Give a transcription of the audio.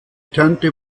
tante